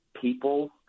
people